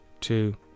two